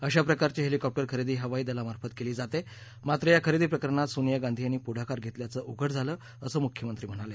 अशा प्रकारची हेलिकॉप्टर खरेदी हवाई दलामार्फत केली जाते मात्र या खरेदी प्रकरणात सोनिया गांधी यांनी पुढाकार घेतल्याचं उघड झालं आहेअसं मुख्यमंत्री म्हणाले